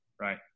right